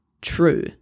true